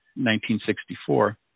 1964